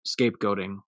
scapegoating